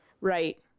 Right